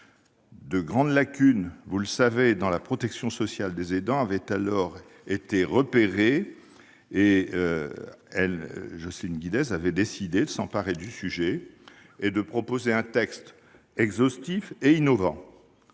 De grandes lacunes dans la protection sociale des aidants avaient alors été repérées, et Jocelyne Guidez avait décidé de s'emparer du sujet et de proposer un texte exhaustif et innovant.